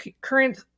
current